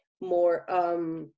more